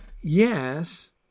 Yes